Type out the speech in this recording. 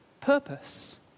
purpose